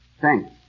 Thanks